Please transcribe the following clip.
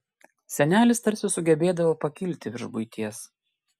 senelis tarsi sugebėdavo pakilti virš buities